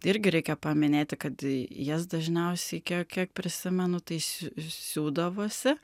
irgi reikia paminėti kad jas dažniausiai kiek kiek prisimenu tai siū siūdavosi